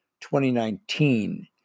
2019